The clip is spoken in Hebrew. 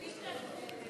בחייאת.